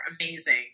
amazing